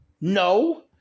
no